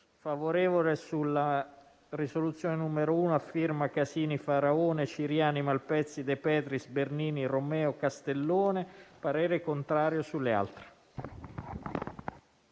favorevole sulla proposta di risoluzione n. 1, a firma Casini, Faraone, Ciriani, Malpezzi, De Petris, Bernini, Romeo e Castellone, e parere contrario sulle altre.